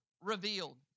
revealed